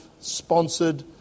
sponsored